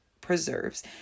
preserves